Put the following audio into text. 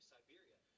Siberia